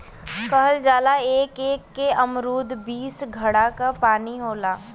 कहल जाला एक एक ठे अमरूद में बीस घड़ा क पानी होला